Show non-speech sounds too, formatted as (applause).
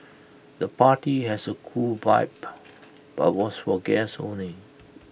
the party has A cool vibe (noise) but was for guests only